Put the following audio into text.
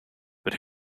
but